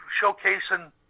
showcasing